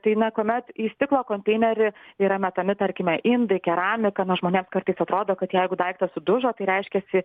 tai na kuomet į stiklo konteinerį yra metami tarkime indai keramika nors žmonėms kartais atrodo kad jeigu daiktas sudužo tai reiškiasi